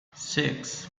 six